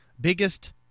Biggest